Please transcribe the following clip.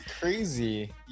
crazy